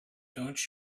don’t